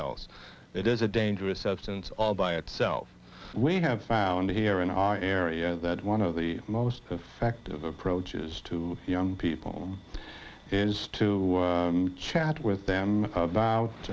else it is a dangerous substance all by itself we have found here in our area that one of the most effective approaches to young people is to chat with them about